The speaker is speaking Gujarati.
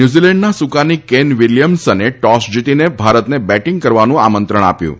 ન્યુઝિલેન્ડના સુકાની કેન વિલિયમસને ટોસ જીતીને ભારતને બેટિંગ કરવા આમત્રંણ આપ્યુ